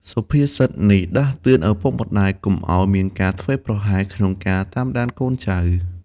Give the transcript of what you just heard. សុភាសិតនេះដាស់តឿនឪពុកម្ដាយកុំឱ្យមានការធ្វេសប្រហែសក្នុងការតាមដានកូនចៅ។